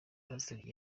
pasiteri